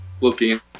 looking